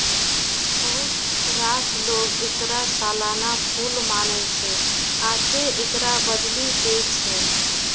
बहुत रास लोक एकरा सालाना फूल मानै छै, आ तें एकरा बदलि दै छै